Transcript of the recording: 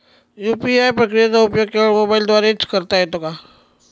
UPI प्रक्रियेचा उपयोग केवळ मोबाईलद्वारे च करता येतो का?